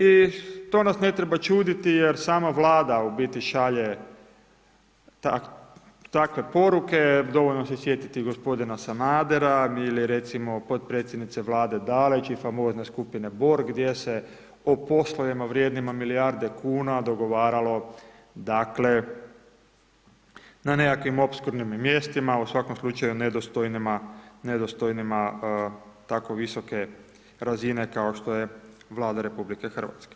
I to nas ne treba čuditi jer sama Vlada u biti šalje takve poruke, dovoljno se sjetiti gospodina Sanadera ili recimo potpredsjednice Vlade Dalić i famozne skupine Borg gdje se o poslovima vrijednima milijarde kuna dogovaralo dakle na nekakvim opskrbnim mjestima, u svakom slučaju nedostojnima tako visoke razine kao što je Vlada RH.